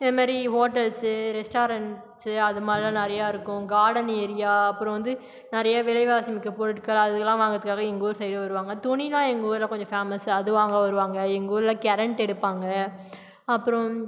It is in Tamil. இதுமாரி ஹோட்டல்ஸு ரெஸ்டாரண்ட்ஸு அது மாதிரிலாம் நிறையாருக்கும் கார்டன் ஏரியா அப்புறம் வந்து நிறைய விலைவாசி மிக்க பொருட்கள் அதுலாம் வாங்கறதுக்காக எங்கள் ஊரை சைடு வருவாங்க துணில்லாம் எங்கள் ஊரில் கொஞ்சம் ஃபேமஸ் அது வாங்க வருவாங்க எங்கள் ஊரில் கரெண்ட் எடுப்பாங்க அப்புறம்